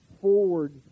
forward